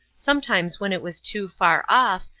sometimes when it was too far off,